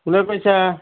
ফুলৰ পইচা